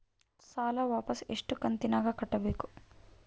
ಸಾಲ ವಾಪಸ್ ಎಷ್ಟು ಕಂತಿನ್ಯಾಗ ಕಟ್ಟಬೇಕು?